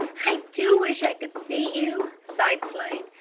i do wish i could see you, sighed flame.